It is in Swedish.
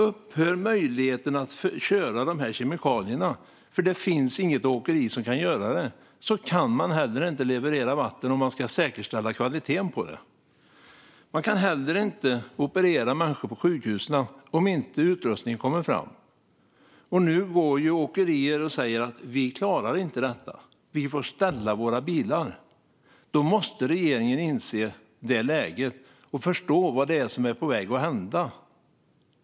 Upphör möjligheten att köra dessa kemikalier på grund av att det inte finns något åkeri som kan göra det kan man heller inte leverera vatten om man ska säkerställa kvaliteten på det. Man kan heller inte operera människor på sjukhusen om inte utrustningen kommer fram. Nu går åkerier ut och säger: Vi klarar inte detta. Vi får ställa våra bilar. Då måste regeringen inse läget och förstå vad som är på väg att hända.